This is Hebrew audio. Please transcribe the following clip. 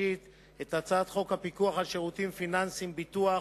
הצעת חוק הפיקוח על שירותים פיננסיים (ביטוח)